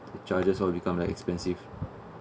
the charges all become like expensive